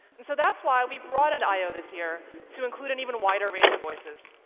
and so that's why we broadened i o this year to include an even wider range of voices.